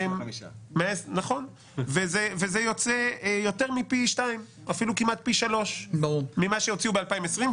זה כמעט פי שלוש ממה שהוציאו ב-2020,